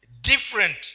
Different